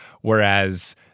whereas